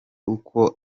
uko